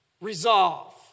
Resolve